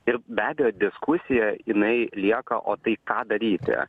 ir be abejo diskusija jinai lieka o tai ką daryti